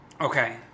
Okay